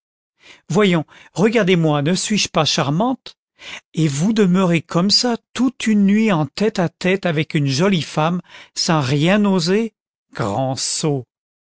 voyons regardez-moi ne suis-je pas charmante et vous demeurez comme ça toute une nuit en tête à tête avec une jolie femme sans rien oser grand sot